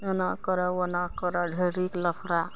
एना करऽ ओना करऽ ढेरीके लफड़ा